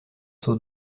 seau